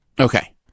Okay